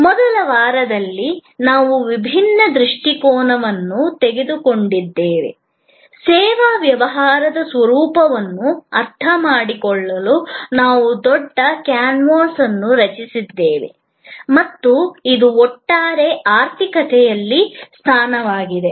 ಮೊದಲ ವಾರದಲ್ಲಿ ನಾವು ವಿಭಿನ್ನ ದೃಷ್ಟಿಕೋನವನ್ನು ತೆಗೆದುಕೊಂಡಿದ್ದೇವೆ ಸೇವಾ ವ್ಯವಹಾರದ ಸ್ವರೂಪವನ್ನು ಅರ್ಥಮಾಡಿಕೊಳ್ಳಲು ನಾವು ದೊಡ್ಡ ಕ್ಯಾನ್ವಾಸ್ ಅನ್ನು ರಚಿಸಿದ್ದೇವೆ ಮತ್ತು ಇದು ಒಟ್ಟಾರೆ ಆರ್ಥಿಕತೆಯಲ್ಲಿ ಸ್ಥಾನವಾಗಿದೆ